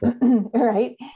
right